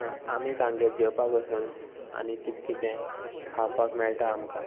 आमी तांगेर जेवपाक वसून आनी किद कितें खावपाक मेळटा आमकां